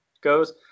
goes